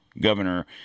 governor